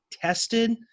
tested